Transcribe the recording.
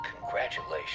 Congratulations